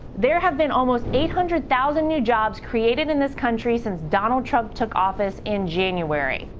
there have been almost eight hundred thousand new jobs created in this country since donald trump took office in january.